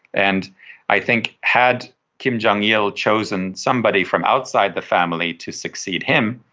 and i think had kim jong-il chosen somebody from outside the family to succeed him,